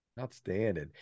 Outstanding